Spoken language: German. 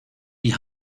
die